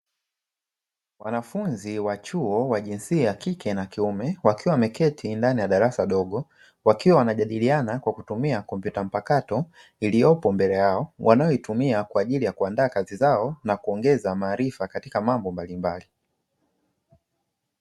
Wanafunzi wa chuo wa jinsia ya kike na kiume wakiwa wameketi ndani ya darasa dogo wakiwa wanajadiliana kwa kutumia kompyuta mpakato iliyopo mbele yao wanayoitumia kwa ajili ya kuandaa kazi zao na kuongeza maarifa katika mambo mbalimbali.